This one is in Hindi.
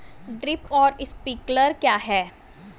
ड्रिप और स्प्रिंकलर क्या हैं?